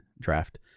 draft